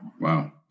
Wow